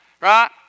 right